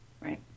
Right